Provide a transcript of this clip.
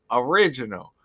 original